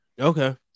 Okay